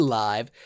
live